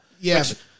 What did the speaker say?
Yes